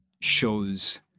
shows